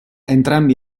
entrambi